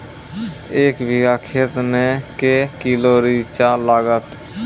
एक बीघा खेत मे के किलो रिचा लागत?